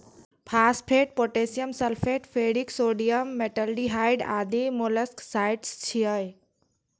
phosphate, potassium sulphate, ferric sodium, metaldehyde आदि molluscicides छियै